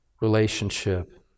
relationship